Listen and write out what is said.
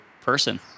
person